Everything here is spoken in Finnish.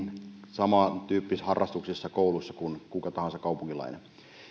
samantyyppisissä harrastuksissa ja kouluissa kuin kuka tahansa kaupunkilainen